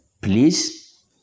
please